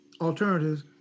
alternatives